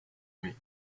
mai